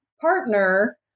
partner